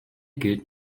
gilt